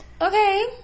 Okay